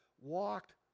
walked